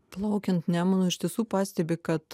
plaukiant nemunu iš tiesų pastebi kad